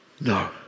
No